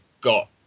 got